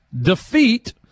defeat